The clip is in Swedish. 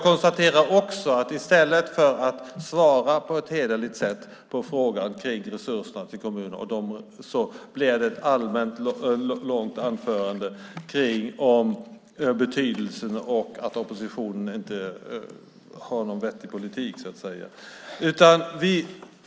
I stället för att svara på ett hederligt sätt på frågan om resurserna till kommunerna blev det ett allmänt inlägg om att oppositionen inte har någon vettig politik.